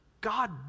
God